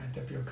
ah tapioca